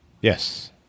Yes